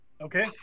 Okay